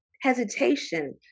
hesitation